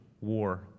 war